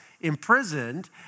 imprisoned